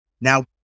Now